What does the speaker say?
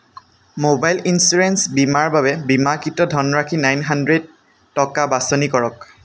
mobile insurance বীমাৰ বাবে বীমাকৃত ধনৰাশি নাইন হাণ্ড্ৰেড টকা বাছনি কৰক